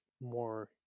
more